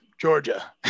georgia